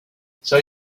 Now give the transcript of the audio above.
sell